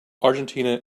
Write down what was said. argentina